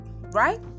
right